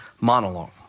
monologue